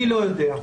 אני לא יודע.